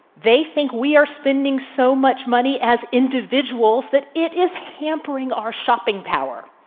they think we are spending so much money as individuals that it is hampering our shopping power.